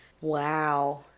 wow